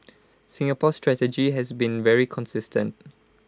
Singapore's strategy has been very consistent